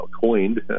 coined